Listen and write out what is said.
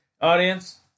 Audience